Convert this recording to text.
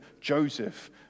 joseph